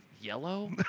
yellow